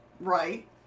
Right